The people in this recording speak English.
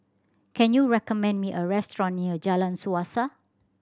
can you recommend me a restaurant near Jalan Suasa